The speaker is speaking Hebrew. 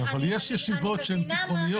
אבל יש ישיבות שהן תיכוניות.